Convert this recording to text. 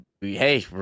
hey